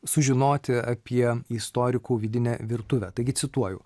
sužinoti apie istorikų vidinę virtuvę taigi cituoju